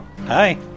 Hi